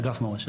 אגף מורשת,